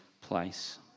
place